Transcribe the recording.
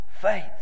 faith